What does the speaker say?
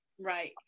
right